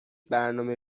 برنامه